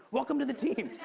welcome to the team.